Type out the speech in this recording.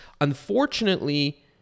unfortunately